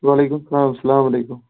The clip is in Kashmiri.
وعلیکُم سلام اسلام علیکُم